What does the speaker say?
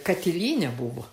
katilinė buvo